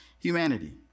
humanity